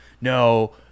no